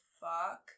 fuck